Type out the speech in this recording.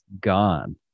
gone